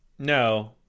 No